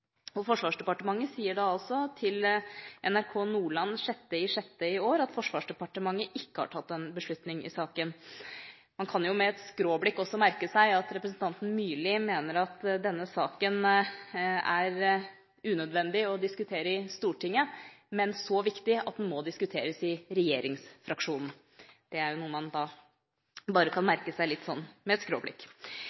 stilles. Forsvarsdepartementet sier da også til NRK Nordland 6. juni i år at Forsvarsdepartementet ikke har tatt en beslutning i saken. Man kan jo – med et skråblikk – også merke seg at representanten Myrli mener denne saken er unødvendig å diskutere i Stortinget, men så viktig at den må diskuteres i regjeringsfraksjonen. Det er noe man kan